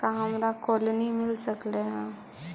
का हमरा कोलनी मिल सकले हे?